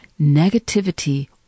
Negativity